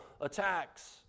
attacks